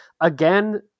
again